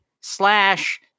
slash